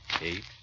eight